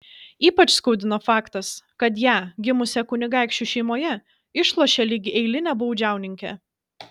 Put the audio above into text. ypač skaudino faktas kad ją gimusią kunigaikščių šeimoje išlošė lyg eilinę baudžiauninkę